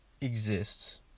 exists